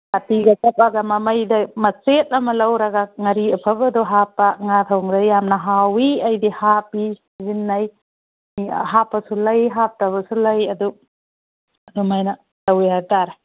ꯀꯥꯇꯤꯒ ꯆꯞꯂꯒ ꯃꯃꯩꯗ ꯃꯆꯦꯠ ꯑꯃ ꯂꯧꯔꯒ ꯉꯥꯔꯤ ꯑꯐꯕꯗꯣ ꯍꯥꯞꯄ ꯉꯥ ꯊꯣꯡꯕ ꯌꯥꯝꯅ ꯍꯥꯎꯏ ꯑꯩꯗꯤ ꯍꯥꯞꯄꯤ ꯁꯤꯖꯤꯟꯅꯩ ꯃꯤ ꯑꯍꯥꯞꯄꯁꯨ ꯂꯩ ꯍꯥꯞꯇꯕꯁꯨ ꯂꯩ ꯑꯗꯨ ꯑꯗꯨꯃꯥꯏꯅ ꯇꯧꯏ ꯍꯥꯏꯕ ꯇꯥꯔꯦ